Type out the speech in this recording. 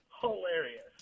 hilarious